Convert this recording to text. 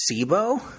SIBO